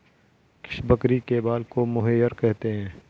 किस बकरी के बाल को मोहेयर कहते हैं?